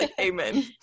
amen